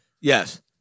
Yes